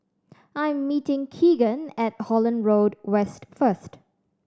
I am meeting Keagan at Holland Road West first